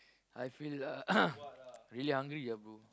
I feel uh really hungry ah bro